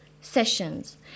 sessions